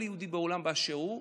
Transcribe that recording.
כל יהודי בעולם באשר הוא,